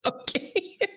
Okay